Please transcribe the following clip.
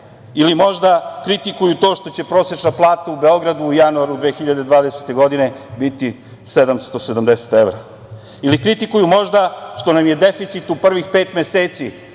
Ili možda kritikuju to što će prosečna plata u Beogradu u januaru 2020. godine biti 770 evra? Ili kritikuju možda što nam je deficit u prvih pet meseci